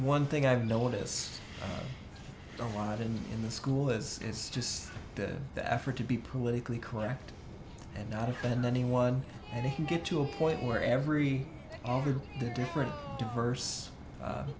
one thing i've noticed alive and in the school is it's just the effort to be politically correct and not offend anyone and if you get to a point where every over the different diverse